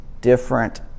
different